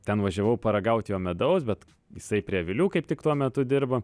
ten važiavau paragaut jo medaus bet jisai prie avilių kaip tik tuo metu dirbo